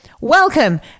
Welcome